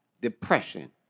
depression